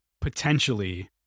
potentially